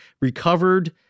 recovered